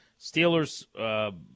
Steelers